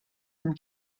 tym